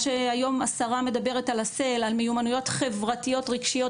מה שהיום השרה מדברת על -- על מיומנויות חברתיות רגשיות,